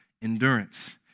endurance